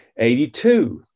82